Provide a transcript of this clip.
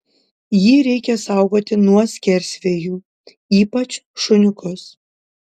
jį reikia saugoti nuo skersvėjų ypač šuniukus